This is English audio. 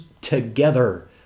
together